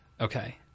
Okay